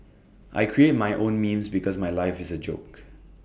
I create my own memes because my life is A joke